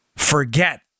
Forget